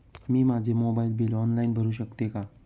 मी माझे mobile bill online भरू शकते का?